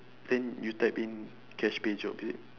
then you type in cash pay job is it